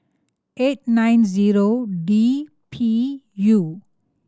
eight nine zero D P U